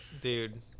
Dude